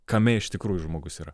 kame iš tikrųjų žmogus yra